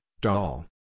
doll